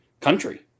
country